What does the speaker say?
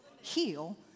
heal